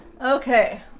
Okay